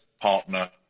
partner